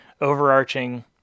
overarching